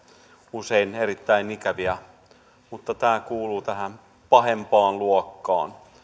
usein erittäin ikäviä mutta tämä kuuluu tähän pahempaan luokkaan